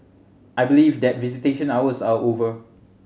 I believe that visitation hours are over